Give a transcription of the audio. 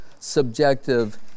subjective